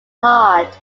hard